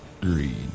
Greed